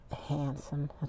handsome